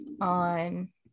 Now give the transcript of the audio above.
on